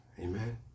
Amen